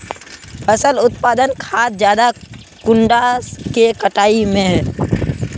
फसल उत्पादन खाद ज्यादा कुंडा के कटाई में है?